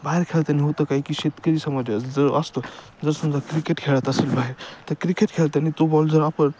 बाहेर खेळताना होतं काय की शेतकरी समाज ज जं असतो जर समजा क्रिकेट खेळत असेल बाहेर तर क्रिकेट खेळताना तो बॉल जर आपण